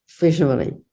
visually